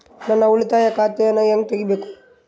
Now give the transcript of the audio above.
ನಾನು ಉಳಿತಾಯ ಖಾತೆಯನ್ನು ಹೆಂಗ್ ತಗಿಬೇಕು?